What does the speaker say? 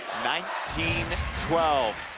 nineteen twelve.